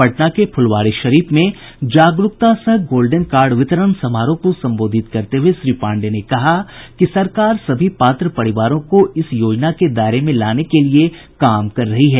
पटना के फुलवारीशरीफ में जागरूकता सह गोल्डेन कार्ड वितरण समारोह को संबोधित करते हुये श्री पांडेय ने कहा कि सरकार सभी पात्र परिवारों को इस योजना के दायरे में लाने के लिए काम कर रही है